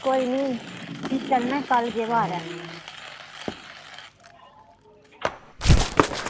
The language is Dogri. कोई निं फ्ही चलने कल्ल केह् वार ऐ